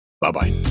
Bye-bye